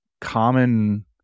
common